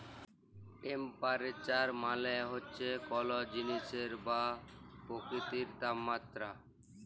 temperature মালে হছে কল জিলিসের বা পকিতির তাপমাত্রা